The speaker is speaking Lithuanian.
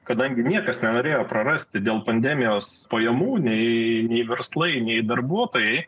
kadangi niekas nenorėjo prarasti dėl pandemijos pajamų nei verslai nei darbuotojai